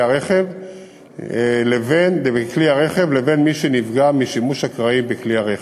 הרכב לבין מי שנפגע משימוש אקראי בכלי הרכב,